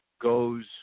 goes